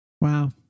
Wow